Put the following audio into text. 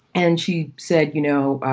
and she said, you know.